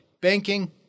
banking